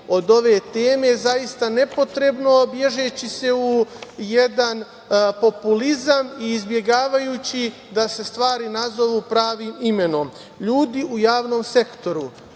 od ove teme zaista nepotrebno, a beži se u jedan populizam i izbegavajući da se stvari nazovu pravim imenom. Ljudi u javnom sektoru